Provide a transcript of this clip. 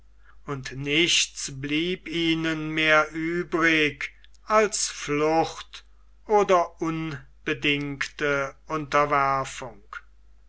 und nichts blieb ihnen mehr übrig als flucht oder unbedingte unterwerfung